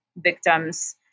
victims